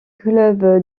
club